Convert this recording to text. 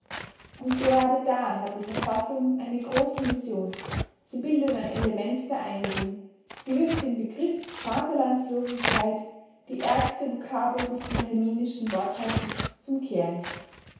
und gerade da hat die verfassung eine große mission sie bildet ein element der einigung sie wirft den begriff vaterlandslosigkeit die ärgste vokabel des wilhelminischen wortschatzes zum kehricht